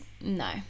no